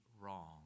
wrong